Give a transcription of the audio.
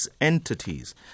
entities